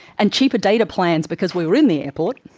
and cheap data plans because we were in the airport,